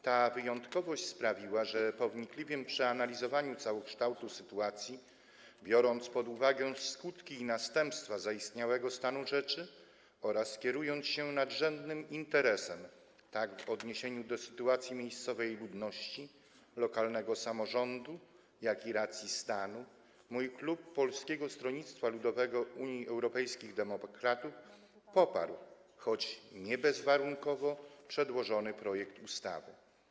Ta wyjątkowość sprawiła, że po wnikliwym przeanalizowaniu całokształtu sytuacji, biorąc pod uwagę skutki i następstwa zaistniałego stanu rzeczy oraz kierując się nadrzędnym interesem, tak w odniesieniu do sytuacji miejscowej ludności, lokalnego samorządu, jak i w odniesieniu do racji stanu, mój klub Polskiego Stronnictwa Ludowego - Unii Europejskich Demokratów poparł, choć nie bezwarunkowo, przedłożony projekt ustawy.